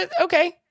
okay